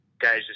guys